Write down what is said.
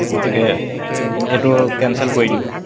গতিকে এইটো কেনচেল কৰি দিব